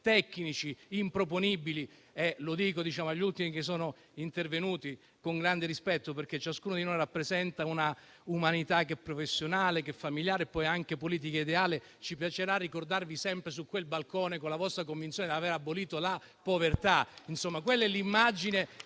moneta parallela. Dico agli ultimi che sono intervenuti, con grande rispetto, perché ciascuno di noi rappresenta una umanità che è professionale, familiare ed anche politica e ideale: ci piacerà ricordarvi sempre su quel balcone, con la vostra convinzione di aver abolito la povertà; quella è l'immagine